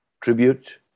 tribute